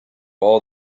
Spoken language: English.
all